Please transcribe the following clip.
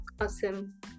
awesome